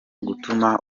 gutuma